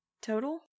Total